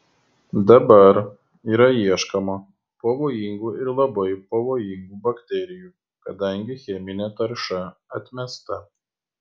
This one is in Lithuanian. dabar yra ieškoma pavojingų ir labai pavojingų bakterijų kadangi cheminė tarša atmesta